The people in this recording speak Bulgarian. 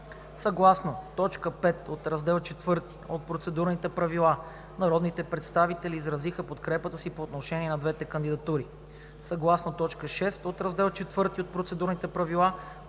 Съгласно т. 5 от Раздел IV от Процедурните правила народните представители изразиха подкрепата си по отношение на двете кандидатури. Съгласно т. 6 от Раздел IV от Процедурните правила